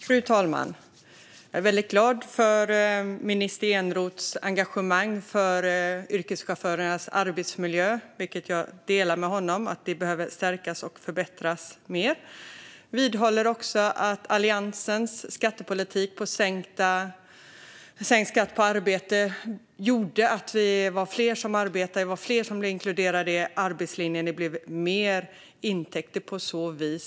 Fru talman! Jag är väldigt glad över minister Eneroths engagemang för yrkeschaufförernas arbetsmiljö, som jag delar med honom. Den behöver stärkas och förbättras. Jag vidhåller att Alliansens skattepolitik med sänkt skatt på arbete gjorde att vi var fler som arbetade och blev inkluderade i arbetslinjen. På så vis blev det mer intäkter.